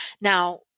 Now